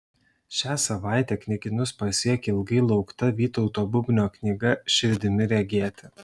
šią savaitę knygynus pasiekė ilgai laukta vytauto bubnio knyga širdimi regėti